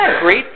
great